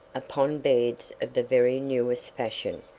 upon beds of the very newest fashion,